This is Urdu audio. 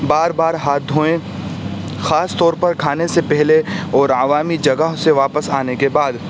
بار بار ہاتھ دھوئیں خاص طور پر کھانے سے پہلے اور عوامی جگہوں سے واپس آنے کے بعد